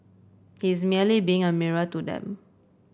he's merely being a mirror to them